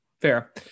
Fair